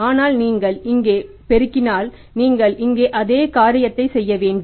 ஆனால் நீங்கள் இங்கே பெருக்கினாள் நீங்கள் இங்கே அதே காரியத்தைச் செய்ய வேண்டும்